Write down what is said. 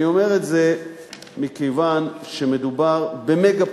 אני אומר את זה מכיוון שמדובר במגה-פרויקט,